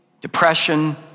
depression